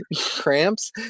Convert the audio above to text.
cramps